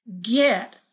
get